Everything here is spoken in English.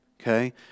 Okay